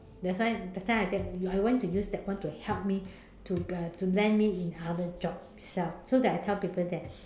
that's why that time I take I went to use that one to help me to uh to land me in other job itself so that I tell other people that